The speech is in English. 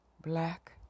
black